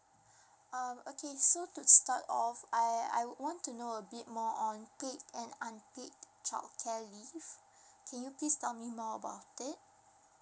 um okay so to start off I I would want to know a bit more on paid and unpaid childcare leave can you please tell me more about it